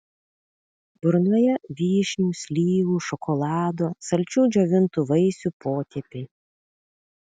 burnoje vyšnių slyvų šokolado saldžių džiovintų vaisių potėpiai